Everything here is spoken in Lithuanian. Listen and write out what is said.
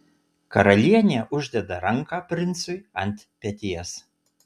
karalienė uždeda ranką princui ant peties